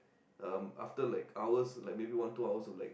um after like hours like maybe one two hours of like